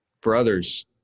Brothers